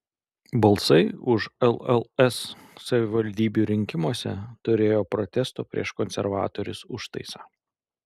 balsai už lls savivaldybių rinkimuose turėjo protesto prieš konservatorius užtaisą